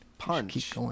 punch